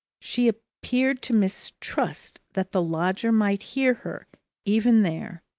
she appeared to mistrust that the lodger might hear her even there,